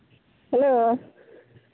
hello